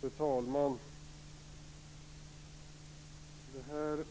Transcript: Fru talman! Den